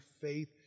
faith